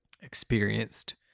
experienced